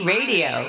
Radio